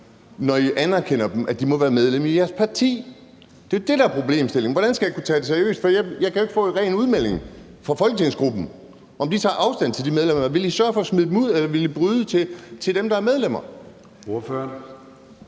når I anerkender, at de må være medlem af jeres parti. Det er jo det, der er problemstillingen. Hvordan skal jeg kunne tage det seriøst, for jeg kan jo ikke få en ren udmelding fra Folketingsgruppen, om de tager afstand til de medlemmer. Vil I sørge for at smide dem ud, eller vil I bryde med dem, der er medlemmer?